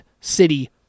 city